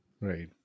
Right